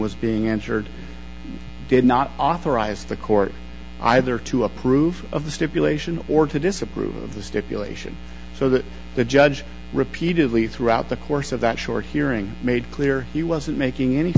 was being entered did not authorize the court either to approve of the stipulation or to disapprove of the stipulation so that the judge repeatedly throughout the course of that short hearing made clear he wasn't making any